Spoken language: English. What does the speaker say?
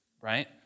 right